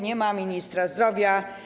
Nie ma ministra zdrowia.